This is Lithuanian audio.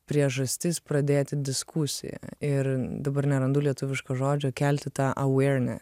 priežastis pradėti diskusiją ir dabar nerandu lietuviško žodžio kelti tą awareness